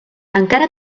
encara